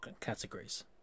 categories